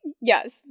Yes